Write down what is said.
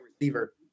receiver